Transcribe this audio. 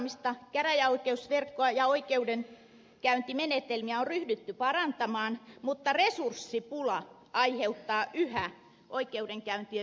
oikeudenkäyntien keston seuraamista käräjäoikeusverkkoa ja oikeudenkäyntimenetelmiä on ryhdytty parantamaan mutta resurssipula aiheuttaa yhä oikeudenkäyntien viivästymistä